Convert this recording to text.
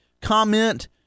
comment